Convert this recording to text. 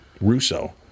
Russo